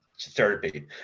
therapy